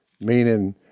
Meaning